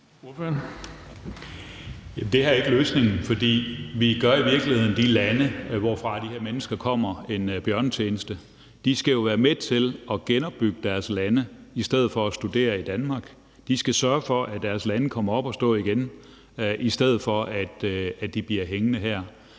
Det her er ikke løsningen, for vi gør i virkeligheden de lande, hvorfra de her mennesker kommer, en bjørnetjeneste. De skal jo være med til at genopbygge deres lande i stedet for at studere i Danmark. De skal sørge for, at deres lande kommer op at stå igen, i stedet for at de bliver hængende her.